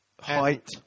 height